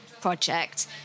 project